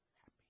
happy